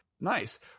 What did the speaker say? nice